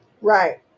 Right